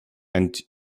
and